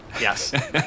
Yes